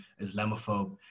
Islamophobe